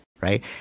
Right